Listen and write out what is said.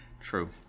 True